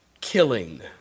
killing